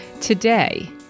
Today